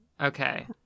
Okay